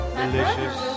delicious